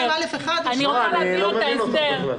אני לא מבין.